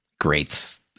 greats